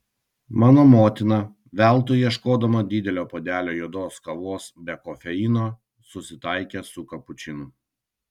mano motina veltui ieškodama didelio puodelio juodos kavos be kofeino susitaikė su kapučinu